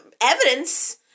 evidence